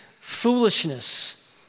foolishness